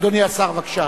אדוני השר, בבקשה.